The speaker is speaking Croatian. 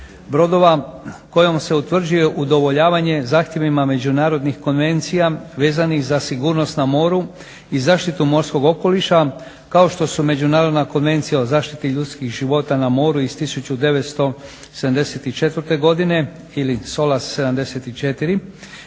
brodova kojom se utvrđuje udovoljavanje zahtjevima međunarodnih konvencija vezanih za sigurnost na moru i zaštitu morskog okoliša kao što su Međunarodna konvencija o zaštiti ljudskih života na moru iz 1974.godine ili SOLAS 74,